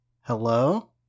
hello